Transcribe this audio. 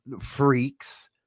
freaks